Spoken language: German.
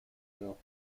genervt